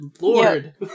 Lord